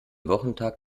wochentag